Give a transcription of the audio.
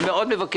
אני מבקש מאוד.